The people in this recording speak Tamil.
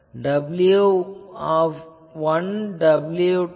இது w1 w2